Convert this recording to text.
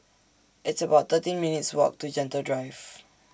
It's about thirteen minutes' Walk to Gentle Drive